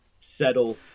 settle